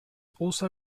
also